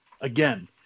Again